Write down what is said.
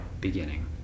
beginning